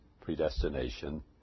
predestination